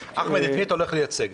אחמד, את מי אתה הולך לייצג?